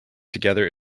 together